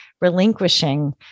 relinquishing